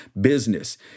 business